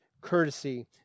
courtesy